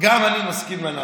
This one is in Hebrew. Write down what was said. גם אני מסכים לנ"ל.